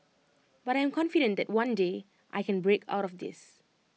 but I am confident that one day I can break out of this